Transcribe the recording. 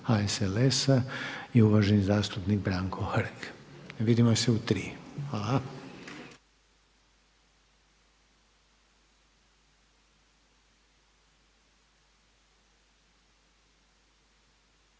HSLS-a i uvaženi zastupnik Branko Hrg. Vidimo se u tri. Hvala.